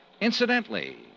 Incidentally